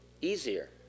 easier